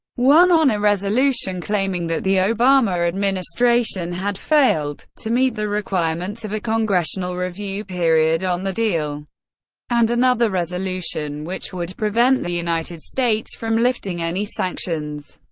one on a resolution claiming that the obama administration had failed to meet the requirements of a congressional review period on the deal and another resolution which would prevent the united states from lifting any sanctions.